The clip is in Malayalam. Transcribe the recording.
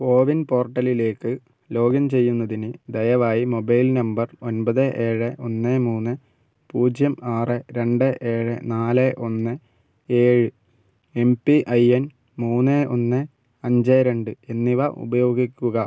കോവിൻ പോർട്ടലിലേക്ക് ലോഗിൻ ചെയ്യുന്നതിന് ദയവായി മൊബൈൽ നമ്പർ ഒൻപത് ഏഴ് ഒന്ന് മൂന്ന് പൂജ്യം ആറ് രണ്ട് ഏഴ് നാല് ഒന്ന് ഏഴ് എം പി ഐ എൻ മൂന്ന് ഒന്ന് അഞ്ച് രണ്ട് എന്നിവ ഉപയോഗിക്കുക